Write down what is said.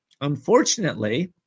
Unfortunately